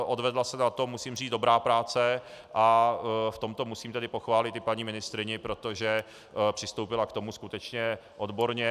Odvedla se na tom, musím říct, dobrá práce, a v tomto musím pochválit i paní ministryni, protože přistoupila k tomu skutečně odborně.